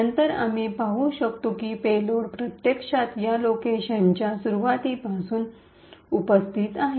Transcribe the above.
नंतर आम्ही पाहु शकतो की पेलोड प्रत्यक्षात या लोकेशनच्या सुरवाती पासून उपस्थित आहे